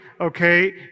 okay